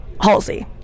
Halsey